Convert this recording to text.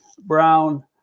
Brown